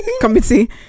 Committee